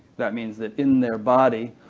that means that in their body,